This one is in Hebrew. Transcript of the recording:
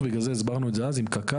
בגלל זה הסברנו את זה אז עם קק"ל.